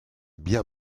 bien